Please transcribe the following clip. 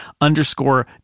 underscore